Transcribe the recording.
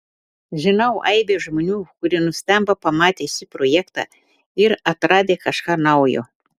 žinau aibę žmonių kurie nustemba pamatę šį projektą ir atradę kažką naujo